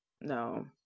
no